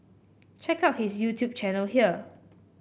check out his YouTube channel here